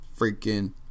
freaking